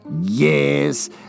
Yes